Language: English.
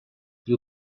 you